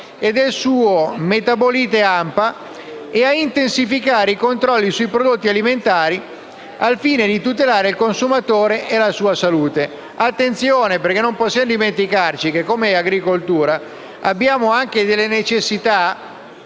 e del suo metabolite AMPA e a intensificare i controlli sui prodotti alimentari, al fine di tutelare il consumatore e la sua salute. Occorre fare attenzione, perché non possiamo dimenticarci che l'agricoltura ha delle necessità